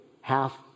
half